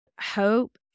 hope